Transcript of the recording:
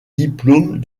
diplôme